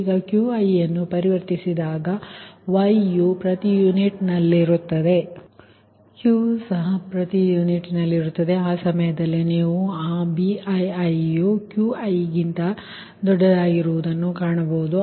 ಈಗ Qi ಅನ್ನು ಪರಿವರ್ತಿಸಿದಾಗ 𝑌 ಯು ಪ್ರತಿ ಯೂನಿಟ್ನಲ್ಲಿರುತ್ತದೆ Q ಸಹ ಪ್ರತಿ ಯೂನಿಟ್ನಲ್ಲಿರುತ್ತದೆ ಆ ಸಮಯದಲ್ಲಿ ನೀವು ಆ BiiQi ಅನ್ನು ಕಾಣಬಹುದು